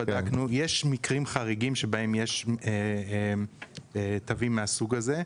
וישנם מקרים חריגים שבהם יש תווים מהסוג הזה,